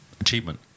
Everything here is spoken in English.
achievement